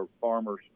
farmers